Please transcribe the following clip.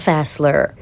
Fassler